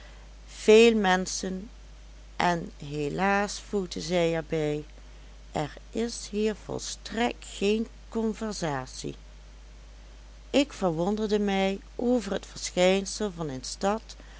veel menschen en helaas voegde zij er bij er is hier volstrekt geen conversatie ik verwonderde mij over het verschijnsel van een stad